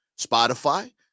Spotify